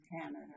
Canada